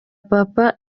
papa